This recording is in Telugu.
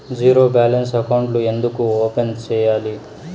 జీరో బ్యాలెన్స్ అకౌంట్లు ఎందుకు ఓపెన్ సేయాలి